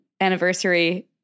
anniversary